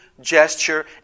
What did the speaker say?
gesture